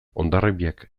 hondarribiak